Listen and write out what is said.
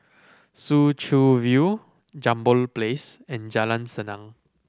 Soo Chow View Jambol Place and Jalan Senang